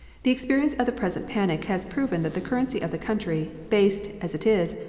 the experience of the present panic has proven that the currency of the country, based, as it is,